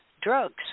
drugs